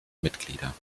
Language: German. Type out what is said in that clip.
mitglieder